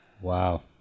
Wow